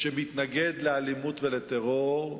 שמתנגד לאלימות ולטרור,